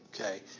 okay